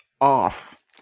off